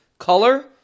Color